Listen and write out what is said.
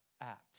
act